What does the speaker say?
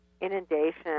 inundation